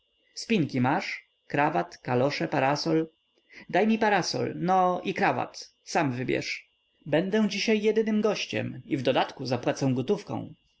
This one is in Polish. spinki masz krawat kalosze parasol daj mi parasol no i krawat sam wybierz będę dziś jedynym gościem i w dodatku zapłacę gotówką